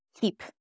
keep